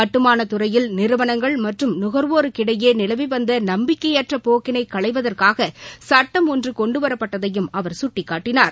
கட்டுமானத் துறையில் நிறுவனங்கள் மற்றும் நுகா்வோருக்கிடையே நிலவி வந்த நம்பிக்கையற்ற போக்கின்னை களைவதற்காக சட்டம் ஒன்று கொண்டுவரப்பட்டதையும் அவர் சுட்டிக்காட்டினார்